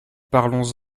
parlons